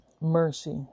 mercy